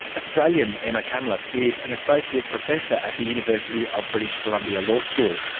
australian emma cunliffe is an associate professor at the university of british columbia law school.